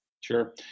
Sure